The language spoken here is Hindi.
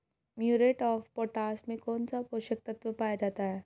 म्यूरेट ऑफ पोटाश में कौन सा पोषक तत्व पाया जाता है?